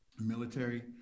military